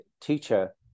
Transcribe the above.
teacher